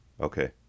okay